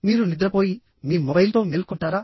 మీరు నిద్రపోయి మీ మొబైల్తో మేల్కొంటారా